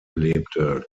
lebte